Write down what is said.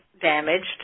damaged